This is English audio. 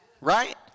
right